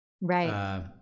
Right